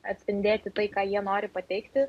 atspindėti tai ką jie nori pateikti